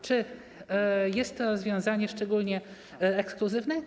Czy jest to rozwiązanie szczególnie ekskluzywne?